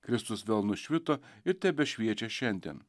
kristus vėl nušvito ir tebešviečia šiandien